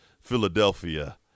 Philadelphia